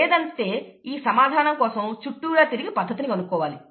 లేదంటే ఈ సమాధానం కోసం చుట్టూరా తిరిగి పద్ధతిని కనుక్కోవాలి